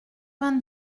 vingt